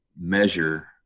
measure